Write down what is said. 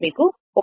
మీకు 1